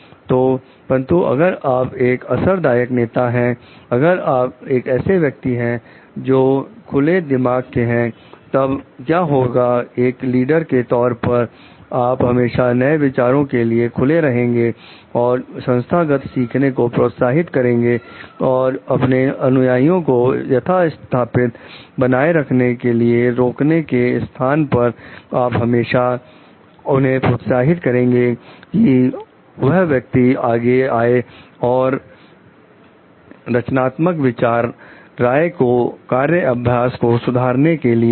तो परंतु अगर आप एक असर दायक नेता है आप अगर एक ऐसे व्यक्ति हैं जो खुले दिमाग के हैं तब क्या होगा एक लीडर के तौर पर आप हमेशा नए विचारों के लिए खुले रहेंगे और संस्थागत सीखने को प्रोत्साहित करेंगे और अपने अनुयायियों को यथास्थिति बनाकर रखने के लिए रोकने के स्थान पर आप हमेशा उन्हें प्रोत्साहित करेंगे कि वह व्यक्ति आगे आए और ने रचनात्मक विचार राय को कार्य अभ्यास को सुधारने के लिए दें